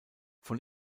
von